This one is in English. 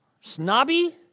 snobby